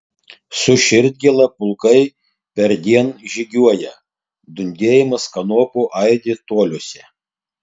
su širdgėla pulkai perdien žygiuoja dundėjimas kanopų aidi toliuose